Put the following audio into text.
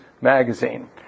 magazine